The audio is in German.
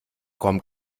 kommen